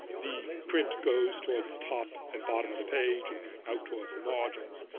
the print goes towards the top and bottom of the page and out towards the margins.